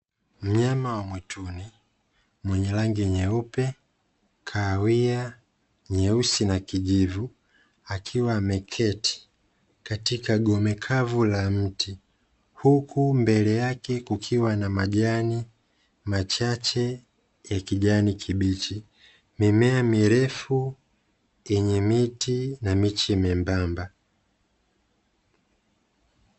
Mnyama wa mwituni mwenye rangi nyeupe, kahawia, nyeusi na kijivu akiwa ameketi katika gome kavu la mti, huku mbele yake kukiwa na majani machache ya kijani kibichi, mimea mirefu yenye miti na miche mwembamba.